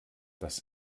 das